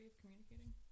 communicating